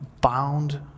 bound